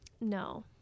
No